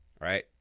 right